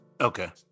okay